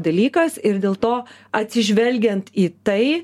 dalykas ir dėl to atsižvelgiant į tai